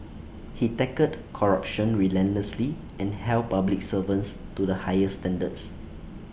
he tackled corruption relentlessly and held public servants to the highest standards